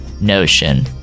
Notion